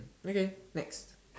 okay next